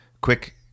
Quick